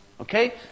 okay